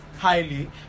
highly